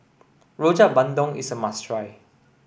Rojak Bandung is a must try